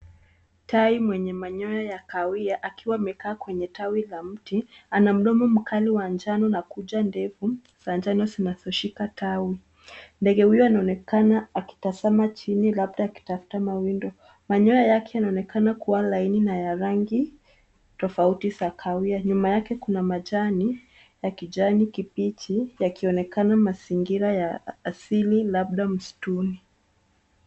Tai mwenye manyoya ya kahawia akiwa amekaa kwenye tawi la mti. Ana mdomo mkali wa njano na kucha ndefu za njano zinazo shika tawi. Ndege huyo anaonekana akitazama chini labda akitafta mawindo. Manyoya yake yanaonekana kuwa laini na ya rangi tofauti za kahawia. Nyuma yake kuna majani ya kijani kibichi yakionekana mazingira ya asili labda msituni.